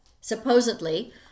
supposedly